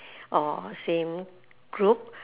or same group